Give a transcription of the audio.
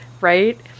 right